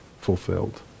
fulfilled